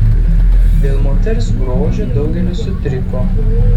dėl moters grožio daugelis sutriko